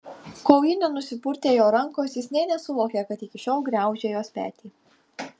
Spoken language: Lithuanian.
kol ji nenusipurtė jo rankos jis nė nesuvokė kad iki šiol gniaužė jos petį